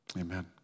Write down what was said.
Amen